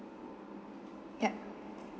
yup